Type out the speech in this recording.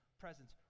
presence